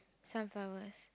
sunflowers